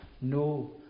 no